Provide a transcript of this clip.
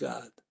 God